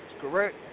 correct